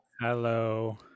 Hello